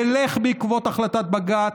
נלך בעקבות החלטת בג"ץ.